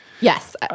Yes